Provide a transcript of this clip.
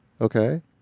Okay